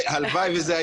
אתה בבידוד ואתה